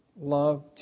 love